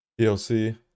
DLC